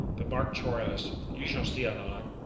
but mark troilus you shall see anon.